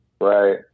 Right